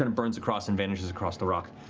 and burns across, and vanishes across the rock.